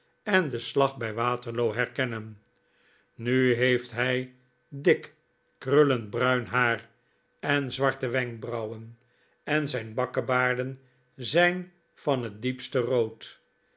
en den slag bij waterloo her kennen nu heeft hij dik krullend bruin haar en zwarte wenkbrauwen en zijn bakkebaarden zijn van het diepste rood